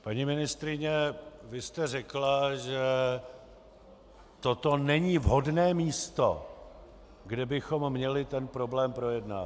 Paní ministryně, vy jste řekla, že toto není vhodné místo, kde bychom měli tento problém projednávat.